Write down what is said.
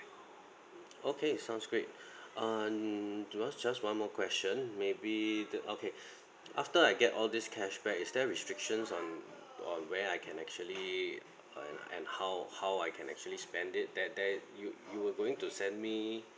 okay it sounds great um just one more question maybe the okay after I get all these cashback is there restrictions on on where I can actually and and how how I can actually spend it that there you you were going to send me